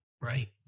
right